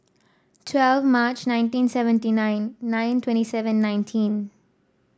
twelve March nineteen seventy nine nine twenty seven nineteen